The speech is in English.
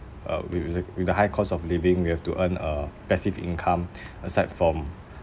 uh with the with the high cost of living we have to earn uh passive income aside from